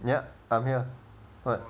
ya I'm here but